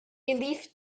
leaf